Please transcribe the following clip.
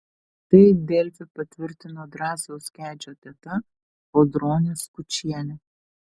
tai delfi patvirtino drąsiaus kedžio teta audronė skučienė